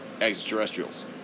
extraterrestrials